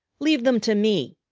leave them to me.